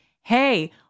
Hey